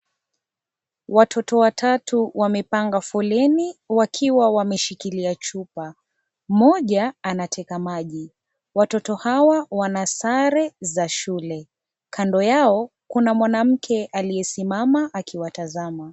Watoto watatu wamepanga foleni wakiwa wameshikilia chupa . Mmoja anateka maji, watoto hawa wana sare za shule kando yao kuna mwanamke aliyesimama akiwatazama.